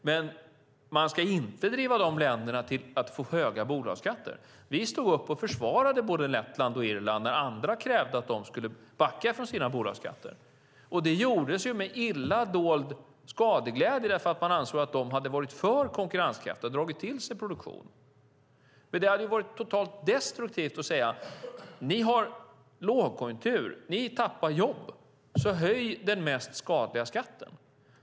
Men man ska inte driva de länderna till att få höga bolagsskatter. Vi stod upp och försvarade både Lettland och Irland när andra krävde att de skulle backa från sina bolagsskatter. Och det gjordes med illa dold skadeglädje därför att man ansåg att de hade varit för konkurrenskraftiga och dragit till sig produktion. Det hade varit totalt destruktivt att säga: Ni har lågkonjunktur och tappar jobb, så höj den mest skadliga skatten!